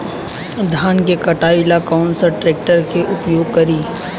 धान के कटाई ला कौन सा ट्रैक्टर के उपयोग करी?